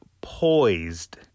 poised